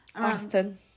Austin